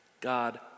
God